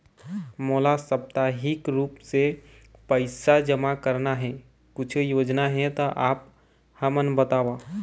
मोला साप्ताहिक रूप से पैसा जमा करना हे, कुछू योजना हे त आप हमन बताव?